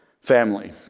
family